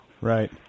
Right